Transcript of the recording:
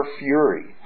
fury